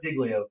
Diglio